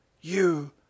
You